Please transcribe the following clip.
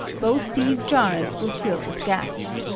both these jars will fill with gas.